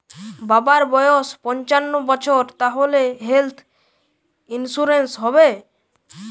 বাবার বয়স পঞ্চান্ন বছর তাহলে হেল্থ ইন্সুরেন্স হবে?